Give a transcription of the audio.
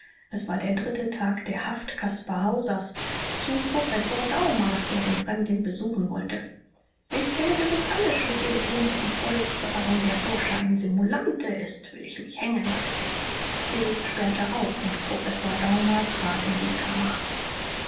es war der dritte tag der haft caspar hausers zu professor daumer der den fremdling besuchen wollte ich kenne gewiß alle schliche des lumpenvolks aber wenn der bursche ein simulante ist will ich mich hängen lassen hill sperrte auf und professor daumer trat in die kammer